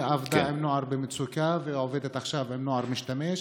והיא עבדה עם נוער במצוקה ועובדת עכשיו עם נוער משתמש,